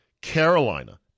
Carolina